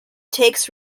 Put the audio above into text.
takes